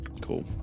Cool